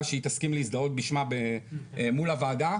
שהיא תסכים להזדהות בשמה מול הוועדה,